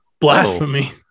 blasphemy